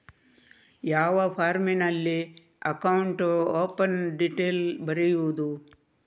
ಯಾವ ಫಾರ್ಮಿನಲ್ಲಿ account open detail ಬರೆಯುವುದು?